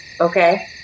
okay